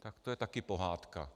Tak to je taky pohádka.